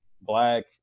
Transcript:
black